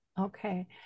Okay